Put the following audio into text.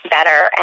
better